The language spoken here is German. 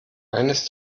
eines